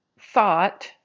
thought